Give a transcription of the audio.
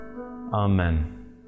Amen